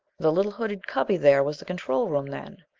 the little hooded cubby there was the control room, then.